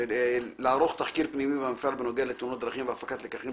לערוך תחקיר פנימי במפעל בנוגע לתאונות דרכים והפקת לקחים,